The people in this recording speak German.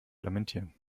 lamentieren